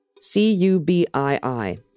C-U-B-I-I